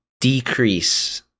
decrease